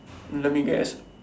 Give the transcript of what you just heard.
let me guess